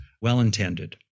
well-intended